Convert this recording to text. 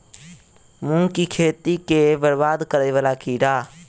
मूंग की खेती केँ बरबाद करे वला कीड़ा?